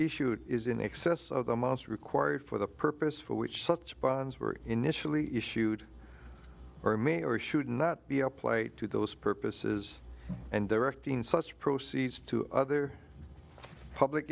issued is in excess of the amounts required for the purpose for which such bonds were initially issued are may or should not be applied to those purposes and directing such proceeds to other public